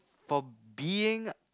for being